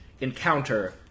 Encounter